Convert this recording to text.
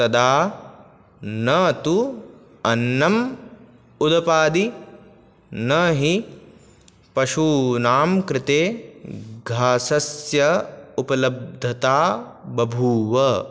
तदा न तु अन्नम् उदपादि नहि पशूनां कृते घासस्य उपलब्धता बभूव